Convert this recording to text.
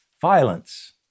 Violence